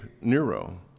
Nero